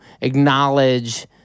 acknowledge